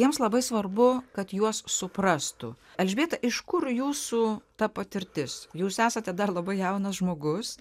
jiems labai svarbu kad juos suprastų elžbieta iš kur jūsų ta patirtis jūs esate dar labai jaunas žmogus